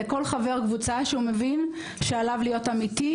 לכל חבר קבוצה שהוא מבין שעליו להיות אמיתי,